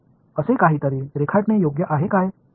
तर असे काहीतरी रेखाटणे योग्य आहे काय